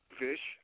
fish